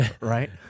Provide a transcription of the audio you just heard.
right